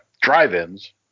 drive-ins